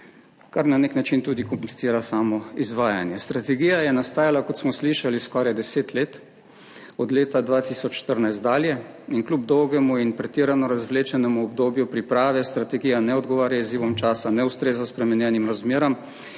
kar na nek način tudi komplicira samo izvajanje. Strategija je nastajala, kot smo slišali, skoraj deset let, od leta 2014 dalje. Kljub dolgemu in pretirano razvlečenemu obdobju priprave strategija ne odgovarja izzivom časa, ne ustreza spremenjenim razmeram